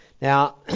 Now